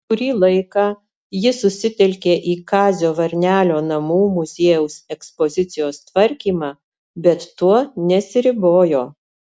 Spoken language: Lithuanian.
kurį laiką ji susitelkė į kazio varnelio namų muziejaus ekspozicijos tvarkymą bet tuo nesiribojo